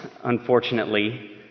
unfortunately